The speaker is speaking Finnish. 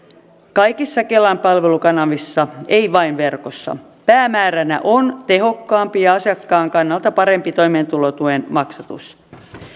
kaikissa kelan palvelukanavissa ei vain verkossa päämääränä on tehokkaampi ja asiakkaan kannalta parempi toimeentulotuen maksatus